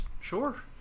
Sure